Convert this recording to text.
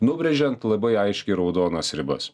nubrėžiant ant labai aiškiai raudonas ribas